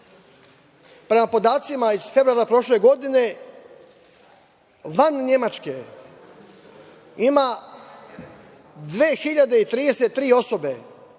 Prema podacima iz februara prošle godine, van Nemačke ima dve